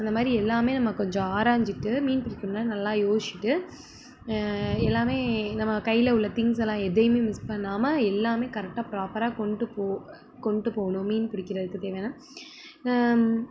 அந்த மாதிரி எல்லாமே நம்ம கொஞ்சம் ஆராய்ஞ்சிட்டு மீன் பிடிக்கிணுன்னா நல்லா யோச்சிகிட்டு எல்லாமே நம்ம கையில உள்ள திங்க்ஸ்ஸெல்லாம் எதையுமே மிஸ் பண்ணாமல் எல்லாமே கரெக்டாக ப்ராப்பராக கொண்டு போ கொண்டு போகணும் மீன் பிடிக்கிறதுக்கு தேவையான